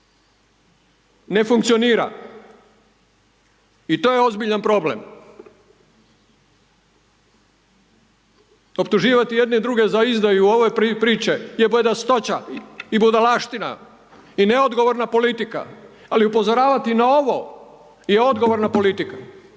ne funkcionira. I to je ozbiljan problem. Optuživati jedni druge za izdaju ove priče je bedastoća, i budalaština, i neodgovorna politika, ali upozoravati na ovo je odgovorna politika,